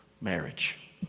marriage